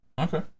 Okay